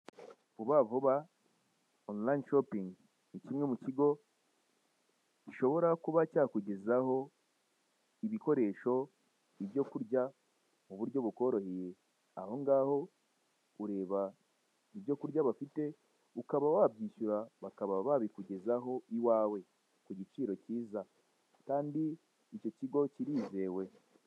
Vuba Vuba onurayini (online) shopingi(shopping), kimwe mukigo gishobora kuba cyakujyezaho ibikoresho, ibyo kurya muburyo bukoroheye. Aho ngaho ureba ibyo kurya bafite ukaba wabyishyura bakaba babikugezaho iwawe kugiciro kiza Kandi iki kigo kirizewe.